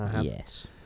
Yes